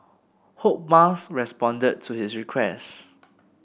hope Musk responded to his request